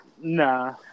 Nah